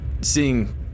seeing